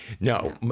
no